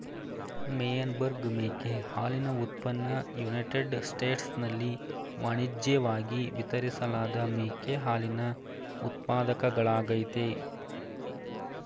Meyenberg ಮೇಕೆ ಹಾಲಿನ ಉತ್ಪನ್ನ ಯುನೈಟೆಡ್ ಸ್ಟೇಟ್ಸ್ನಲ್ಲಿ ವಾಣಿಜ್ಯಿವಾಗಿ ವಿತರಿಸಲಾದ ಮೇಕೆ ಹಾಲಿನ ಉತ್ಪಾದಕಗಳಾಗಯ್ತೆ